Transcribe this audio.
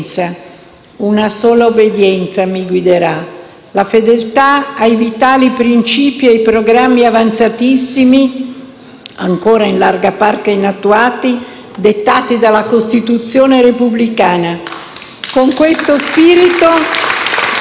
Una sola obbedienza mi guiderà: la fedeltà ai vitali principi ed ai programmi avanzatissimi - ancora in larga parte inattuati - dettati dalla Costituzione repubblicana *(Applausi